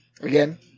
again